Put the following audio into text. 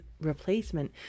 replacement